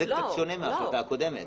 זה שונה מההחלטה הקודמת.